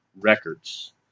records